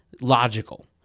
logical